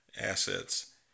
assets